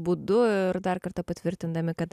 būdu ir dar kartą patvirtindami kad